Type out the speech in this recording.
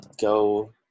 go